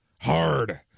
hard